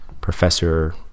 professor